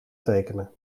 tekenen